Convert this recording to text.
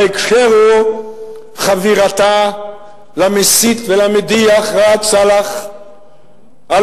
ההקשר הוא חבירתה למסית ולמדיח ראאד סלאח על